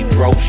Bro